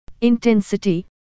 intensity